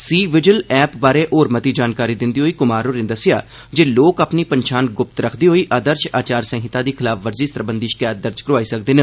C vigil app बारै होर जानकारी दिंदे होई कुमार होरें आखेआ जे लोक अपनी पन्छान गुप्त रक्खदे होई आदर्ष आचार संहिता दी खलाफवर्जी सरबंधी षकैत दर्ज करोआई सकदे न